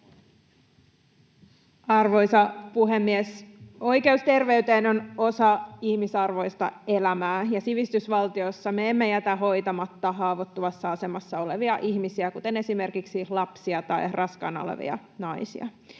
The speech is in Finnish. Arvoisa puhemies! Oikeus terveyteen on osa ihmisarvoista elämää, ja sivistysvaltiossa me emme jätä hoitamatta haavoittuvassa asemassa olevia ihmisiä, esimerkiksi lapsia tai raskaana olevia naisia.